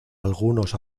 algunos